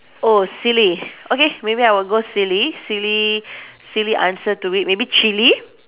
oh silly okay maybe I'll go silly silly silly answer do it maybe chili